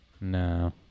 No